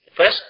First